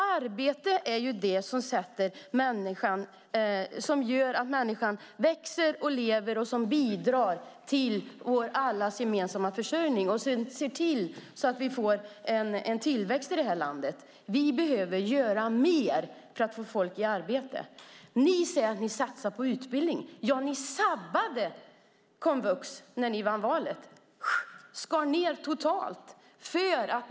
Arbete är det som gör att människan växer och lever och som bidrar till allas gemensamma försörjning och ser till att vi får en tillväxt i landet. Vi behöver göra mer för att få människor i arbete. Ni säger att ni satsar på utbildning. Ni sabbade komvux när ni vann valet. Ni skar ned totalt.